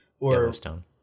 Yellowstone